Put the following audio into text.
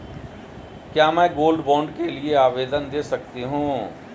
क्या मैं gold bond के लिए आवेदन दे सकती हूँ?